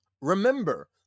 remember